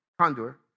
Condor